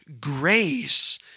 grace